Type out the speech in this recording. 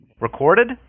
Recorded